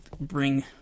bring